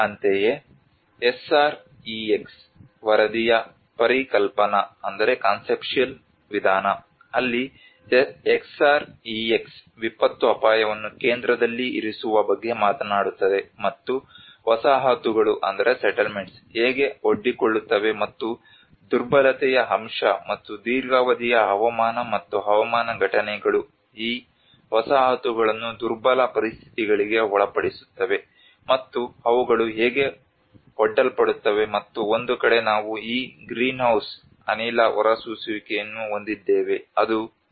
ಅಂತೆಯೇ SREX ವರದಿಯ ಪರಿಕಲ್ಪನಾ ವಿಧಾನ ಅಲ್ಲಿ SREX ವಿಪತ್ತು ಅಪಾಯವನ್ನು ಕೇಂದ್ರದಲ್ಲಿ ಇರಿಸುವ ಬಗ್ಗೆ ಮಾತನಾಡುತ್ತದೆ ಮತ್ತು ವಸಾಹತುಗಳು ಹೇಗೆ ಒಡ್ಡಿಕೊಳ್ಳುತ್ತವೆ ಮತ್ತು ದುರ್ಬಲತೆಯ ಅಂಶ ಮತ್ತು ದೀರ್ಘಾವಧಿಯ ಹವಾಮಾನ ಮತ್ತು ಹವಾಮಾನ ಘಟನೆಗಳು ಈ ವಸಾಹತುಗಳನ್ನು ದುರ್ಬಲ ಪರಿಸ್ಥಿತಿಗಳಿಗೆ ಒಳಪಡಿಸುತ್ತವೆ ಮತ್ತು ಅವುಗಳು ಹೇಗೆ ಒಡ್ಡಲ್ಪಡುತ್ತವೆ ಮತ್ತು ಒಂದು ಕಡೆ ನಾವು ಈ ಗ್ರೀನ್ಹೌಸ್ ಅನಿಲ ಹೊರಸೂಸುವಿಕೆಯನ್ನು ಹೊಂದಿದ್ದೇವೆ ಅದು ನಿರಂತರ ಕಾಳಜಿಯಲ್ಲಿದೆ